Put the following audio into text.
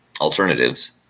alternatives